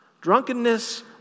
drunkenness